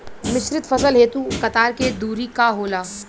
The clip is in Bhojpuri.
मिश्रित फसल हेतु कतार के दूरी का होला?